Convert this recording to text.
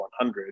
100